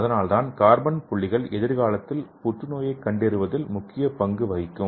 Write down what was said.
அதனால்தான் கார்பன் புள்ளிகள் எதிர்காலத்தில் புற்றுநோயைக் கண்டறிவதில் முக்கிய பங்கு வகிக்கும்